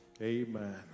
Amen